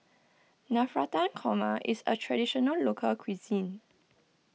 Navratan Korma is a Traditional Local Cuisine